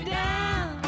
down